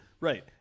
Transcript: Right